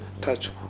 touch